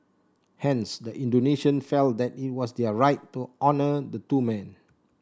hence the Indonesian felt that it was their right to honour the two men